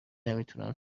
نمیتونم